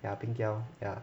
ya 冰雕 ya